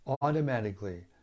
automatically